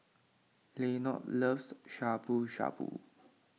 Lenord loves Shabu Shabu